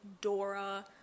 Dora